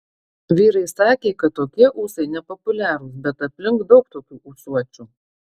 vyrai sakė kad tokie ūsai nepopuliarūs bet aplink daug tokių ūsuočių